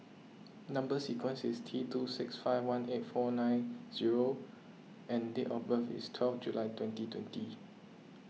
Number Sequence is T two six five one eight four nine zero and date of birth is twelve July twenty twenty